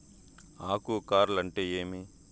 ఆకు కార్ల్ అంటే ఏమి?